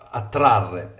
attrarre